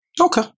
Okay